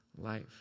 life